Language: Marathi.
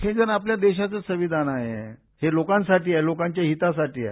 हे जे आपल्या देशाचं संविधान आहे हे लोकांसाठी आहे लोकांच्या हितासाठी आहे